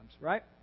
right